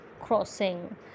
crossing